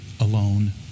alone